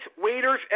waiters